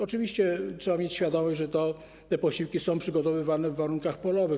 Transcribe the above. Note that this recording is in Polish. Oczywiście trzeba mieć świadomość, że te posiłki są przygotowywane w warunkach polowych.